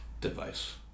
device